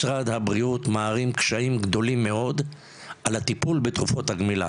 משרד הבריאות מערים קשיים גדולים מאוד על הטיפול בתרופות הגמילה,